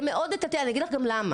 זה מאוד מתלתל, אני אגיד לך גם למה,